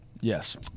yes